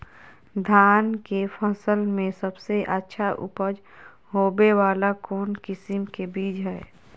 धान के फसल में सबसे अच्छा उपज होबे वाला कौन किस्म के बीज हय?